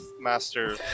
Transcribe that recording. master